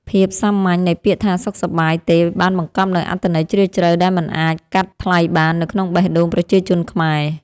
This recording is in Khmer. ភាពសាមញ្ញនៃពាក្យថាសុខសប្បាយទេបានបង្កប់នូវអត្ថន័យជ្រាលជ្រៅដែលមិនអាចកាត់ថ្លៃបាននៅក្នុងបេះដូងប្រជាជនខ្មែរ។